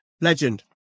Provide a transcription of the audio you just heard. legend